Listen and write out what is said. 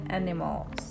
animals